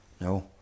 No